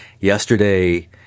yesterday